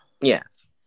Yes